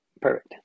Perfect